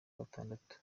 gatandatu